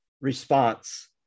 response